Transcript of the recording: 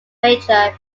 major